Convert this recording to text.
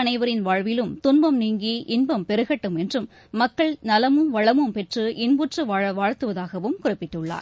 அனைவரின் வாழ்விலும் துன்பம் நீங்கி இன்பம் பெருகட்டும் என்றும் மக்கள் நலழம் வளழும் பெற்று இன்புற்றுவாழவாழ்த்துவதாகவும் குறிப்பிட்டுள்ளார்